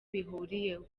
bihuriyeho